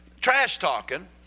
trash-talking